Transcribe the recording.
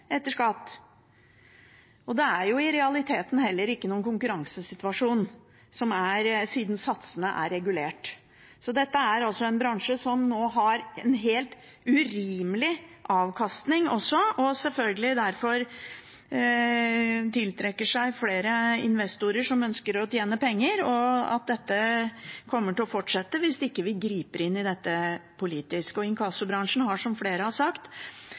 Det er i realiteten heller ingen konkurransesituasjon siden satsene er regulert. Dette er altså en bransje som nå har en helt urimelig avkastning, og selvfølgelig derfor tiltrekker seg flere investorer som ønsker å tjene penger. Dette kommer til å fortsette hvis vi ikke griper inn i det politisk. Inkassobransjen har, som flere har sagt,